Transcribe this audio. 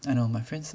I know my friends